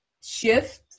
shift